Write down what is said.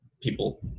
people